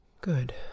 Good